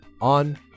on